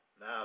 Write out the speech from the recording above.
Now